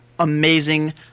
Amazing